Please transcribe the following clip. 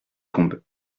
combes